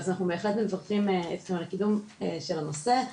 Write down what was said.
אז בהחלט מצטרפים לקידום הנושא.